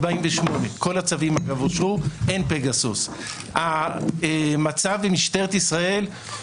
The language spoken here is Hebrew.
ודוח משרד המשפטים בנושא הפעלת הרוגלות על ידי משטרת ישראל,